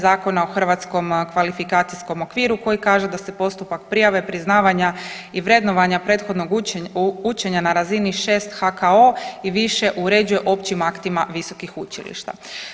Zakona o hrvatskom kvalifikacijskom okviru koji kaže da se postupak prijave, priznavanja i vrednovanja prethodnog učenja na razini 6 HKO i više uređuje općim aktima visokih učilišta.